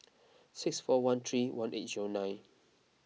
six four one three one eight zero nine